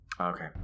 Okay